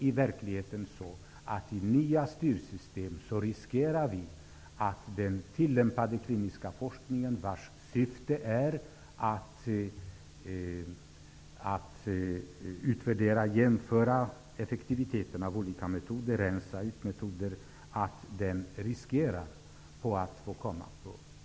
I verkligheten är det så att vi med nya styrsystem riskerar att den tillämpade kliniska forskningen, vars syfte är att utvärdera och jämföra effektiviteten hos olika metoder, blir satt på undantag.